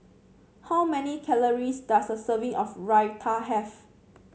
how many calories does a serving of Raita have